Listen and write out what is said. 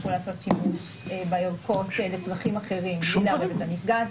לעשות שימוש בערכות לצרכים אחרים בלי לערב את הנפגעת.